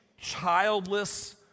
childless